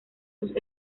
sus